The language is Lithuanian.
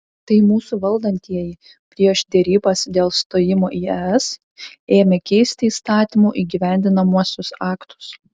tai mūsų valdantieji prieš derybas dėl stojimo į es ėmė keisti įstatymų įgyvendinamuosius aktus